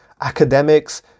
academics